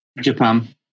Japan